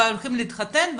הולכים להתחתן,